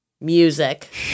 music